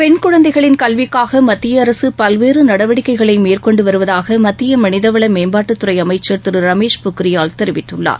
பெண் குழந்தைகளின் கல்விக்காக மத்திய அரசு பல்வேறு நடவடிக்கைகளை மேற்கொண்டுவருவதாக மத்திய மனிதவள மேம்பாட்டுத் துறை அமைச்சர் திரு ரமேஷ் பொக்ரியால் தெரிவித்துள்ளார்